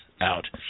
out